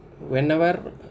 whenever